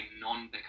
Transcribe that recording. non-becoming